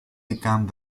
become